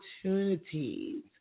opportunities